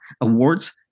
awards